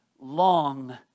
long